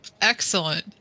Excellent